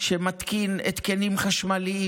שמתקין התקנים חשמליים,